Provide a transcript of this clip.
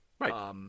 Right